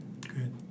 Good